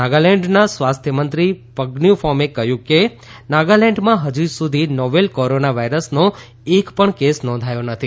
નાગાલેન્ડના સ્વાસ્થ્ય મંત્રી પઝ્યુ ફોમે કહ્યું કે નાગાલેન્ડમાં હજ સુધી નોવેલ કોરોના વાઈરસનો એક પણ કેસ નોંધાયો નથી